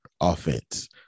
offense